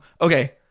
okay